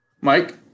mike